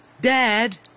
Dad